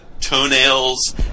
toenails